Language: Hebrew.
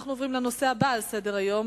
אנחנו עוברים לנושא הבא על סדר-היום,